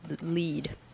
lead